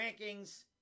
rankings